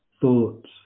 thoughts